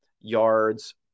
yards